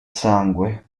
sangue